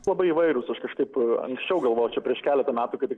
labai įvairūs aš kažkaip anksčiau galvojau čia prieš keletą metų kai tik